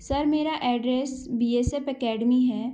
sir मेरा address B S F academy है